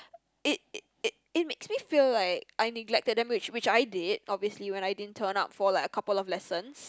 it it it it makes me feel like I neglected the language which I did obviously when I didn't turn up for a couple of lessons